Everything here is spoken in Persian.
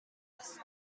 است